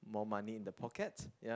more money in the pockets ya